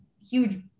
huge